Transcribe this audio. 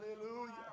Hallelujah